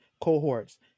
cohorts